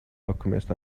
alchemist